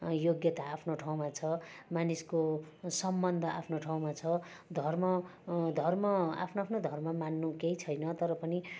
योग्यता आफ्नो ठाउँमा छ मानिसको सम्बन्ध आफ्नो ठाउँमा छ धर्म धर्म आफ्नो आफ्नो धर्म मान्नु केही छैन तर पनि